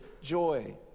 joy